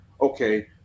okay